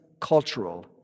cultural